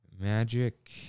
Magic